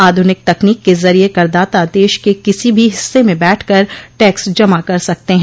आध्निक तकनीक के जरिये करदाता देश के किसी भी हिस्से में बैठ कर टैक्स जमा कर सकते हैं